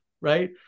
right